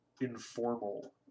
informal